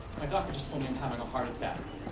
my doctor just told me i'm having a heart attack.